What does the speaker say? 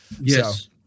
Yes